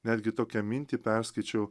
netgi tokią mintį perskaičiau